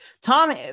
Tom